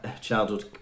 childhood